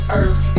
earth